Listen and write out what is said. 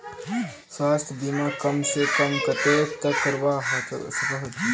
स्वास्थ्य बीमा कम से कम कतेक तक करवा सकोहो ही?